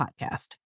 podcast